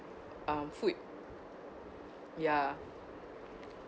um food ya